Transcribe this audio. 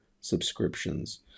subscriptions